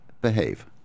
Behave